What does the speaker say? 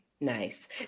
Nice